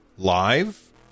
Live